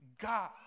God